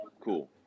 Cool